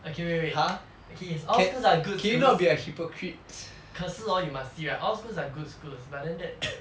okay wait wait okay is all schools are good schools 可是 hor you must see right all schools are good schools but then that's